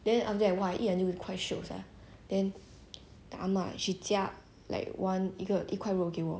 then after that !wah! we eat until we quite shiok ah then the ah ma she 加 like one 一个肉给我